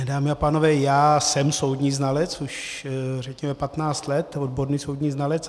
Dámy a pánové, já jsem soudní znalec už řekněme 15 let, odborný soudní znalec.